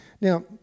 Now